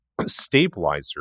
stabilizer